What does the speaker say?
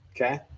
Okay